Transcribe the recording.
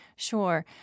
Sure